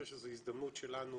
אני חושב שזן הזדמנות שלנו